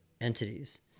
entities